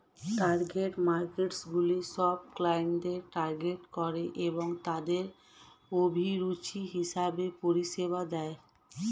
target মার্কেটসগুলি সব ক্লায়েন্টদের টার্গেট করে এবং তাদের অভিরুচি হিসেবে পরিষেবা দেয়